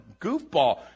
goofball